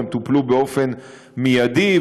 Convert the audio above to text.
הם טופלו באופן מיידי,